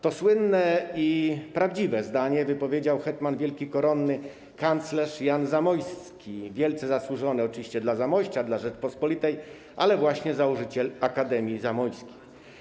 To słynne i prawdziwe zdanie wypowiedział hetman wielki koronny kanclerz Jan Zamoyski, wielce zasłużony oczywiście dla Zamościa, dla Rzeczpospolitej założyciel Akademii Zamojskiej.